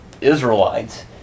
Israelites